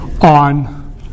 on